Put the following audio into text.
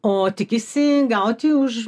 o tikisi gauti už